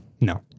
No